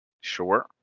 Sure